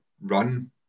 run